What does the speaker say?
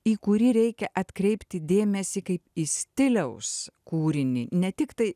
į kurį reikia atkreipti dėmesį kaip į stiliaus kūrinį ne tiktai